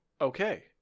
okay